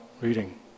reading